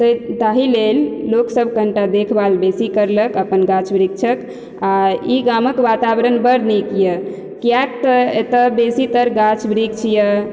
तै ताही लेल लोक सब कनीटा देखभाल बेसी कयलक अपन गाछ वृक्षक आ इ गामक वातावरण बड नीक यऽ किएक तऽ एतए बेसीतर गाछ वृक्ष यऽ